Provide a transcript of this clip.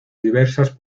diversas